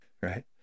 right